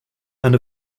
and